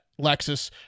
Lexus